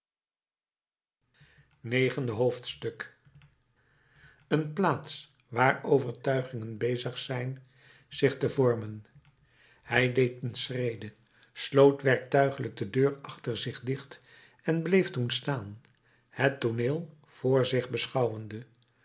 negende hoofdstuk een plaats waar overtuigingen bezig zijn zich te vormen hij deed een schrede sloot werktuiglijk de deur achter zich dicht en bleef toen staan het tooneel vr zich beschouwende